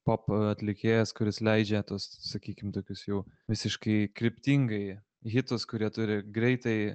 pop atlikėjas kuris leidžia tuos sakykim tokius jau visiškai kryptingai hitus kurie turi greitai